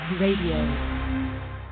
Radio